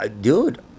dude